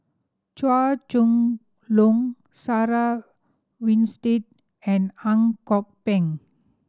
Chua Chong Long Sarah Winstedt and Ang Kok Peng